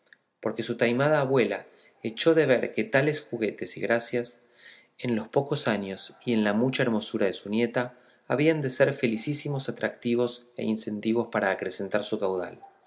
porque su taimada abuela echó de ver que tales juguetes y gracias en los pocos años y en la mucha hermosura de su nieta habían de ser felicísimos atractivos e incentivos para acrecentar su caudal